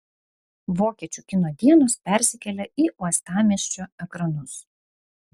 vokiečių kino dienos persikelia į uostamiesčio ekranus